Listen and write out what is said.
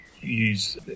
use